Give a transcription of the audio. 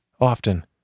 often